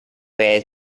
was